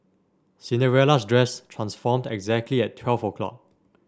Cinderella's dress transformed exactly at twelve o'clock